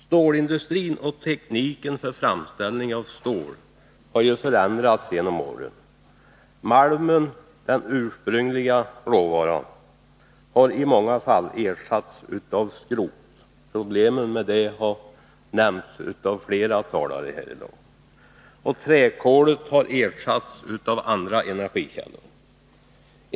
Stålindustrin och tekniken för framställning av stål har ju förändrats genom åren. Malmen, den ursprungliga råvaran, har i många fall ersatts av skrot — problemen med det har berörts av flera talare — och träkolet har ersatts av andra energikällor.